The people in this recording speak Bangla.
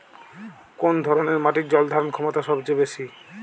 কোন ধরণের মাটির জল ধারণ ক্ষমতা সবচেয়ে বেশি?